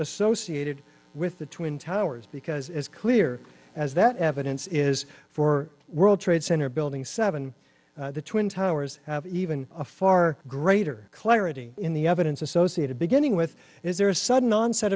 associated with the twin towers because as clear as that evidence is for world trade center building seven the twin towers have even a far greater clarity in the evidence associated beginning with is there a sudden onset